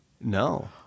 No